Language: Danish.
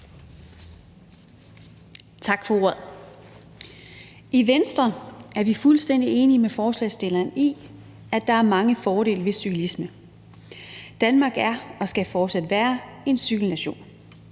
Tak for ordet. I Venstre er vi fuldstændig enige med forslagsstillerne i, at der er mange fordele ved cyklisme. Danmark er og skal fortsat være en cykelnation.